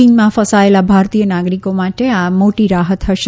ચીનમાં ફસાચેલા ભારતીય નાગરિકો માટે આ મોટી રાહત હશે